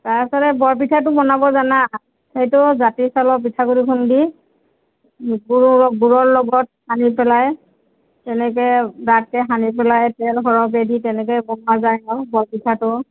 তাৰপিছতে বৰ পিঠাটো বনাব জানা সেইটো জাতি চাউলৰ পিঠা গুৰি খুন্দি গুৰ অলপ গুৰৰ লগত সানি পেলাই তেনেকৈ ডাঠকৈ সানি পেলাই তেল সৰহকৈ দি তেনেকৈ বনোৱা যায় ন' বৰ পিঠাটো